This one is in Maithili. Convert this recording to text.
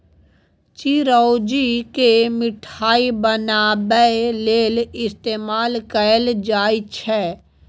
चिरौंजी केँ मिठाई बनाबै लेल इस्तेमाल कएल जाई छै